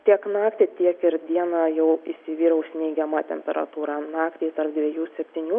tiek naktį tiek ir dieną jau įsivyraus neigiama temperatūra naktį dviejų septynių